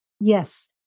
yes